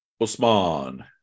Osman